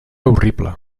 horrible